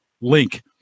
link